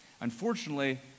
Unfortunately